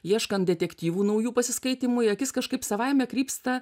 ieškant detektyvų naujų pasiskaitymų į akis kažkaip savaime krypsta